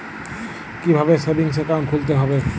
কীভাবে savings account খুলতে হবে?